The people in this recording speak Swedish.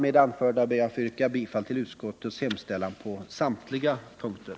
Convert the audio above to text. Med det anförda ber jag att få yrka bifall till utskottets hemställan på samtliga punkter.